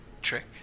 trick